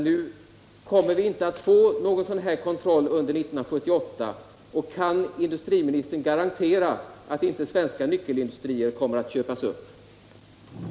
Nu kommer vi inte att få någon sådan här kontroll under 1978. Kan industriministern garantera att inte svenska nyckelindustrier kommer att köpas upp av utländska intressen?